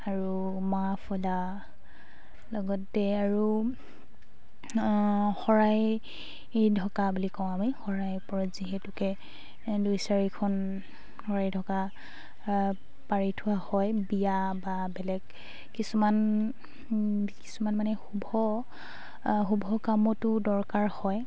আৰু মাফলা লগতে আৰু শৰাই ঢকা বুলি কওঁ আমি শৰাইৰ ওপৰত যিহেতুকে দুই চাৰিখন শৰাই ঢকা পাৰি থোৱা হয় বিয়া বা বেলেগ কিছুমান মানে শুভ কামতো দৰকাৰ হয়